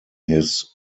his